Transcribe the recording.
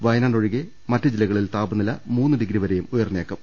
വയനാട് ഒഴികെ മറ്റ് ജില്ലകളിൽ താപ നില മൂന്ന് ഡിഗ്രിവരെയും ഉയർന്നേക്കും